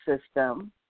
system